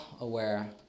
aware